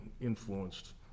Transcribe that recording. influenced